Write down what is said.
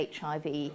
HIV